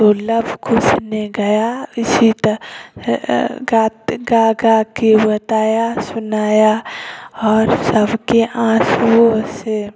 तो लव कुश ने गया इसी तरह गा गा गाके बताया सुनाया और सबके आंसुओं से